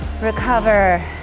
recover